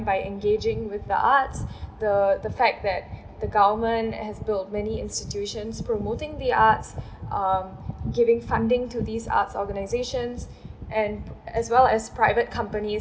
by engaging with the arts the the fact that the government has built many institutions promoting the arts um giving funding to these arts organisations and as well as private companies